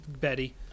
Betty